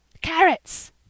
Carrots